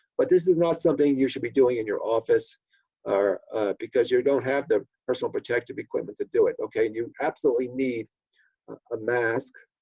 but this this not something you should be doing in your office or because you don't have the personal protective equipment to do it okay. you absolutely need a mask,